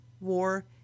war